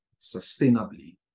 sustainably